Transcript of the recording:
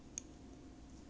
oh my tortoise